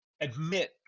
admit